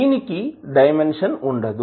దీనికి డైమెన్షన్ ఉండదు